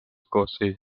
koosseis